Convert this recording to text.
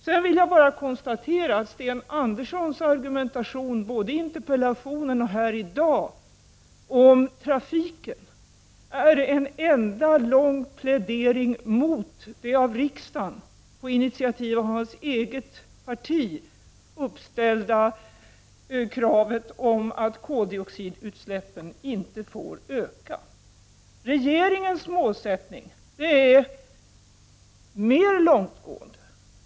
Jag vill bara konstatera att Sten Anderssons i Malmö argumentation om trafiken både i interpellationen och här i dag är en enda lång plädering mot det av riksdagen, på initiativ av hans eget parti, uppställda målet om att koldioxidutsläppen inte skall tillåtas öka. Regeringens målsättning är mer långtgående.